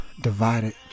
divided